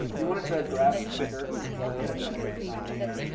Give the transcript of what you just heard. if you wanted to grab a shirt as well, we got a ton of good designs on there,